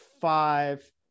five